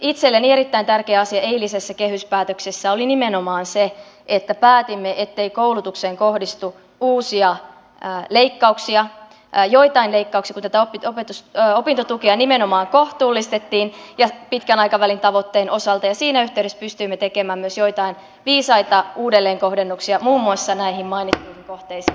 itselleni erittäin tärkeä asia eilisessä kehyspäätöksessä oli nimenomaan se että päätimme ettei koulutukseen kohdistu uusia leikkauksia joitakin leikkauksia kuten tätä opintotukea nimenomaan kohtuullistettiin pitkän aikavälin tavoitteen osalta ja siinä yhteydessä pystyimme tekemään myös joitain viisaita uudelleenkohdennuksia muun muassa näihin mainittuihin kohteisiin